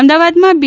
અમદાવાદમાં બી